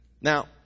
Now